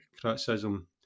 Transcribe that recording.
criticism